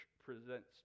Presents